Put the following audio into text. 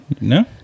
no